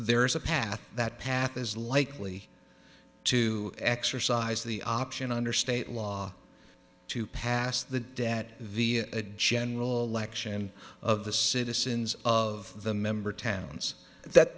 there is a path that path is likely to exercise the option under state law to pass the debt via a general election of the citizens of the member towns that